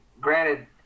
granted